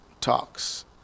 talks